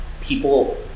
people